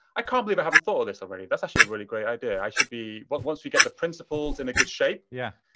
i can't believe i haven't thought of this already. that's actually a really great idea. i should be, but once we get the principles in a good shape, yeah,